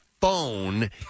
phone